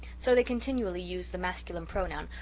so they continually used the masculine pronoun,